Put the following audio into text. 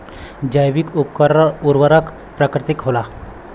जैविक उर्वरक प्राकृतिक होला